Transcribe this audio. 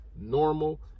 normal